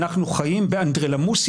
אנחנו חיים באנדרלמוסיה,